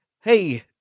Hey